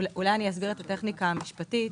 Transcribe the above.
אסביר את הטכניקה המשפטית.